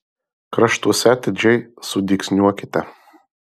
kraštuose atidžiai sudygsniuokite